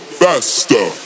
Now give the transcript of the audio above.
faster